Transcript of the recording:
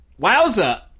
Wowza